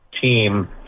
team